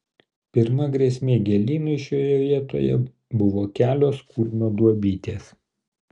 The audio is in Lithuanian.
pirma grėsmė gėlynui šioje vietoje buvo kelios kurmio duobytės